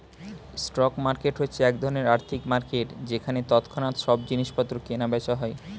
stock market হচ্ছে এক ধরণের আর্থিক মার্কেট যেখানে তৎক্ষণাৎ সব জিনিসপত্র কেনা বেচা হয়